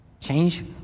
Change